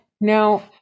now